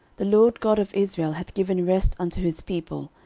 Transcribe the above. the lord god of israel hath given rest unto his people,